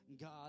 God